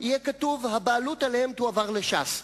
יהיה: הבעלות עליהן תועבר לש"ס.